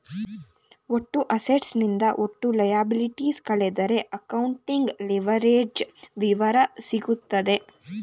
ಒಟ್ಟು ಅಸೆಟ್ಸ್ ನಿಂದ ಒಟ್ಟು ಲಯಬಲಿಟೀಸ್ ಕಳೆದರೆ ಅಕೌಂಟಿಂಗ್ ಲಿವರೇಜ್ಡ್ ವಿವರ ಸಿಗುತ್ತದೆ